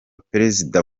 perezida